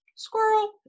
squirrel